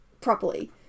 properly